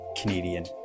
Canadian